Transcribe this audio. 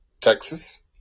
Texas